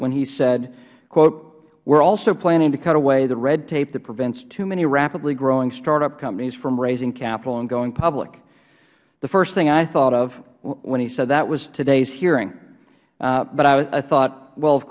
when he said we're also planning to cut away the red tape that prevents too many rapidly growing startup companies from raising capital and going public the first thing i thought of when he said that was today's hearing i thought well of